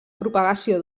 propagació